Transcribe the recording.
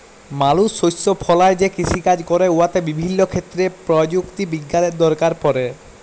মালুস শস্য ফলাঁয় যে কিষিকাজ ক্যরে উয়াতে বিভিল্য ক্ষেত্রে পরযুক্তি বিজ্ঞালের দরকার পড়ে